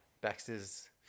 Baxter's